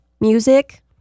Music